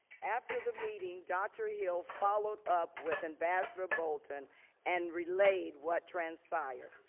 after the meeting, dr. hill followed up with ambassador bolton and relayed what transpired.